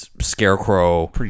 scarecrow